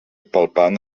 palpant